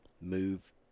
move